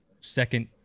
second